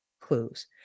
clues